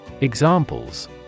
Examples